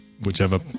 whichever